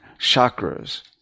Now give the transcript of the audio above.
chakras